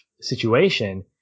situation